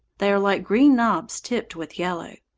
they are like green knobs tipped with yellow.